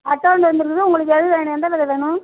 atone வந்திருக்குது உங்களுக்கு எது வேணும் எந்த வித வேணும்